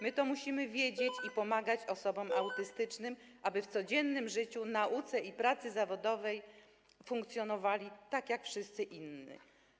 My to musimy wiedzieć i pomagać osobom autystycznym, aby w codziennym życiu, nauce i pracy zawodowej funkcjonowały tak jak wszyscy inni.